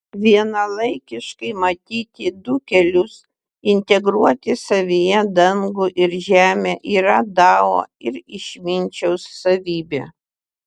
vienalaikiškai matyti du kelius integruoti savyje dangų ir žemę yra dao ir išminčiaus savybė